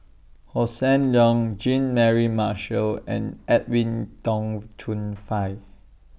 Hossan Leong Jean Mary Marshall and Edwin Tong Chun Fai